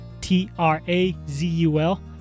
T-R-A-Z-U-L